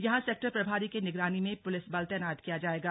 यहां सेक्टर प्रभारी के निगरानी में पुलिस बल तैनात किया जाएगा